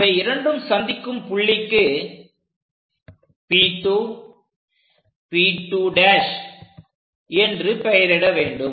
இவை இரண்டும் சந்திக்கும் புள்ளிக்கு P 2 P 2' என்று பெயரிட வேண்டும்